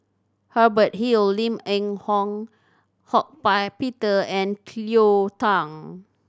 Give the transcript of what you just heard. Hubert Hill Lim Eng Hock Buy Peter and Cleo Thang